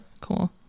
cool